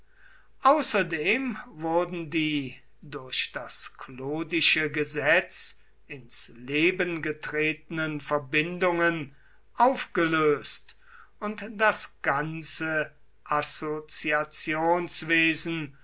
außerdem wurden die durch das clodische gesetz ins leben getretenen verbindungen aufgelöst und das ganze